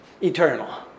Eternal